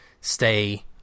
stay